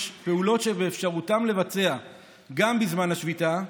פעולות שבאפשרותם לבצע גם בזמן השביתה,